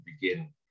begin